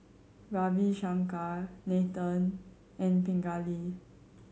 Ravi Shankar Nathan and Pingali